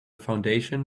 foundation